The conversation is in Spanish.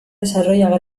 desarrollo